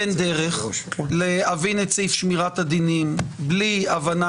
אין דרך להבין את סעיף שמירת הדינים בלי הבנה,